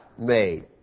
made